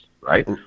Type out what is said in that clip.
right